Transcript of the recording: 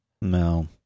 No